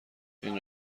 این